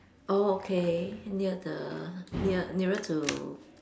oh okay near the near nearer to